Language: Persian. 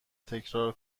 تکرار